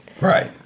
Right